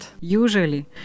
Usually